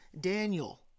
Daniel